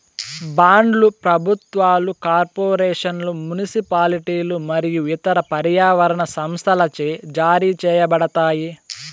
బాండ్లు ప్రభుత్వాలు, కార్పొరేషన్లు, మునిసిపాలిటీలు మరియు ఇతర పర్యావరణ సంస్థలచే జారీ చేయబడతాయి